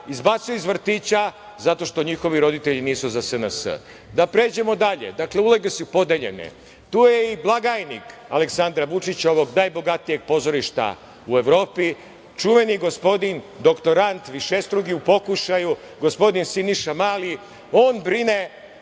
izbacuju iz vrtića zato što njihovi roditelji nisu za SNS.Da pređemo dalje. Dakle, uloge su podeljene. Tu je i blagajnik Aleksandra Vučića, ovog najbogatijeg pozorišta u Evropi, čuveni gospodin doktorant višestruki u pokušaju, gospodin Siniša Mali. On brine